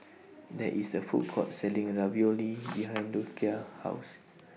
There IS A Food Court Selling Ravioli behind Docia's House